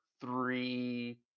three